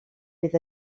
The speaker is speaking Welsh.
bydd